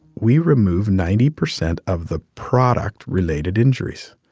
we remove ninety percent of the product-related injuries.